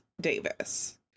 Davis